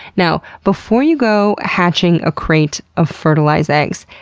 now, before you go hatching a crate of fertilized eggs,